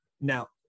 Now